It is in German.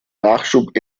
nachschub